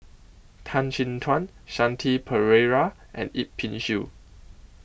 Tan Chin Tuan Shanti Pereira and Yip Pin Xiu